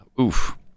oof